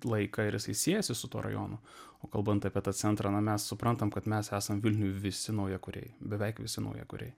laiką ir siejasi su tuo rajonu o kalbant apie tą centrą na mes suprantam kad mes esam vilniuj visi naujakuriai beveik visi naujakuriai